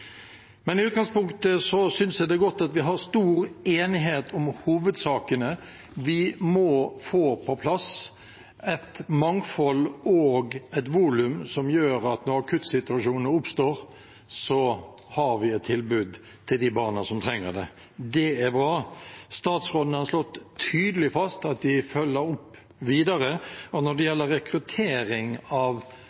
Men i utgangspunktet synes jeg det er godt at det er stor enighet om hovedsakene. Vi må få på plass et mangfold og et volum som gjør at når akuttsituasjonene oppstår, har vi et tilbud til de barna som trenger det. Det er bra. Statsråden har slått tydelig fast at de følger opp videre. Når det gjelder rekruttering av fosterhjem og beredskapshjem, er det